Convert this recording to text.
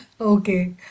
Okay